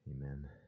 Amen